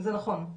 זה נכון.